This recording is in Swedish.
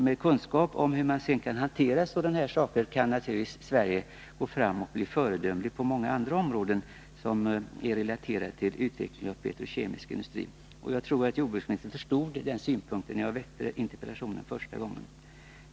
Med kunskap om hur man kan hantera sådana här saker kan naturligtvis Sverige bli ett föredöme också på många andra områden som är relaterade till utvecklingen av den petrokemiska industrin. Jag tror att jordbruksministern förstod den synpunkten när jag väckte interpellationen första gången.